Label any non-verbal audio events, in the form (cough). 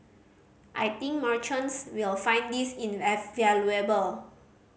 I think merchants will find this (unintelligible)